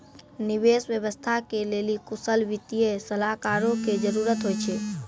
निवेश व्यवस्था के लेली कुशल वित्तीय सलाहकारो के जरुरत होय छै